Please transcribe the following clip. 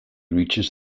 reaches